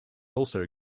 also